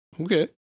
Okay